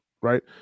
right